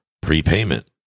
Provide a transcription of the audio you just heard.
Prepayment